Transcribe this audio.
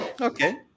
Okay